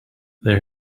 there